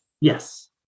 Yes